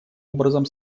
образом